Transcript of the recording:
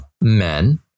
men